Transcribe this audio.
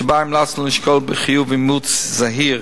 שבה המלצנו לשקול בחיוב אימוץ זהיר,